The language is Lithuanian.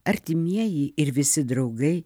artimieji ir visi draugai